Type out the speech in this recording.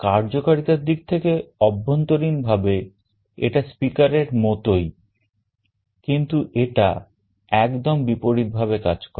কার্যকারিতার দিক থেকে অভ্যন্তরীণভাবে এটা speakerএর মতই কিন্তু এটা একদম বিপরীত ভাবে কাজ করে